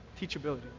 Teachability